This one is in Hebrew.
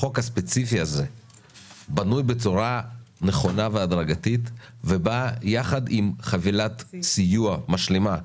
החוק הספציפי הזה בנוי בצורה נכונה והדרגתית ובא עם חבילת סיוע משלימה,